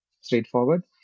straightforward